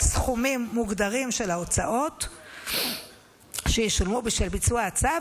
סכומים מוגדרים של ההוצאות שישולמו בשל ביצוע הצו,